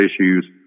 issues